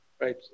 Right